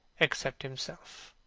except himself.